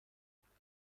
العاده